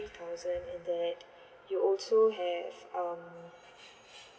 three thousand and that you also have um